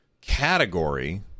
category